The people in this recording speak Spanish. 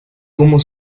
como